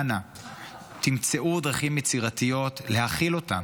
אנא מצאו דרכים יצירתיות להכיל אותם,